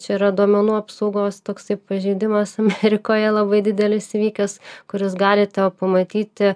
čia yra duomenų apsaugos toksai pažeidimas amerikoje labai didelis įvykis kur jūs galite pamatyti